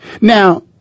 Now